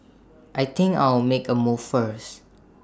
I think I'll make A move first